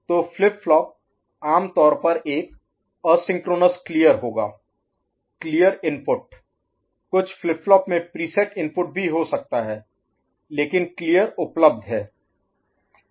तो flip flop आमतौर पर एक असिंक्रोनस क्लियर होगा क्लियर इनपुट कुछ फ्लिप फ्लॉप में प्रीसेट इनपुट भी हो सकता है लेकिन क्लियर उपलब्ध है